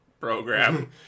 program